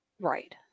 Right